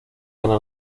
gana